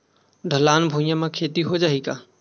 ढलान भुइयां म खेती हो जाही का?